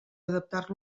adaptar